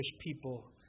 people